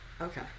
okay